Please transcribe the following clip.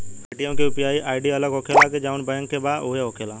Paytm के UPI ID अलग होखेला की जाऊन बैंक के बा उहे होखेला?